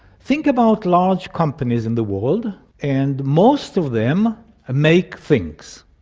think about large companies in the world and most of them make things.